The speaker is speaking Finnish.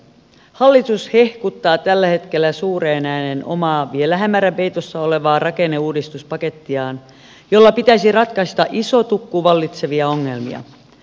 hallitus hehkuttaa tällä hetkellä suureen ääneen omaa vielä hämärän peitossa olevaa rakenneuudistuspakettiaan jolla pitäisi ratkaista iso tukku vallitsevia ongelmia